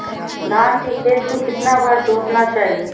धान के खेत को कितना बार जोतना चाहिए?